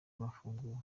bafunguwe